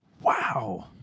Wow